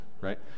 right